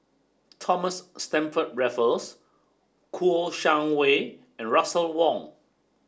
Thomas Stamford Raffles Kouo Shang Wei and Russel Wong